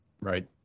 Right